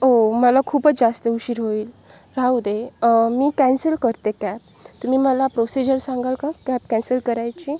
हो मला खूपच जास्त उशीर होईल राहू दे मी कॅन्सल करते कॅब तुम्ही मला प्रोसिजर सांगाल का कॅब कॅन्सल करायची